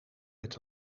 met